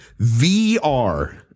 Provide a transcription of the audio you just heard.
VR